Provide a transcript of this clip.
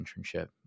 internship